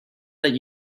that